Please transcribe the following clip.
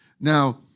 Now